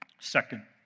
Second